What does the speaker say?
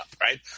right